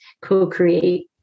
co-create